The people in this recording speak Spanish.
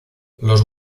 los